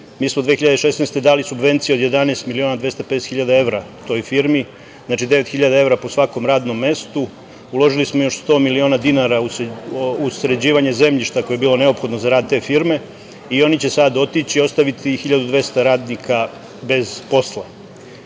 Mi smo 2016. godine dali subvencije od 11 miliona 250 hiljada evra toj firmi, znači, devet hiljada evra po svakom radnom mestu, uložili smo još 100 miliona dinara u sređivanje zemljišta koje je bilo neophodno za rad te firme i oni će sada otići i ostaviti 1.200 radnika bez posla. Ovo